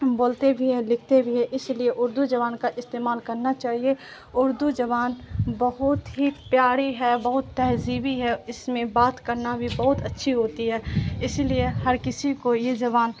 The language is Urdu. بولتے بھی ہے لکھتے بھی ہے اسی لیے اردو زبان کا استعمال کرنا چاہیے اردو زبان بہت ہی پیاری ہے بہت تہذیبی ہے اس میں بات کرنا بھی بہت اچھی ہوتی ہے اس لیے ہر کسی کو یہ زبان